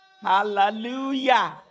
Hallelujah